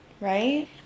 right